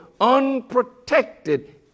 unprotected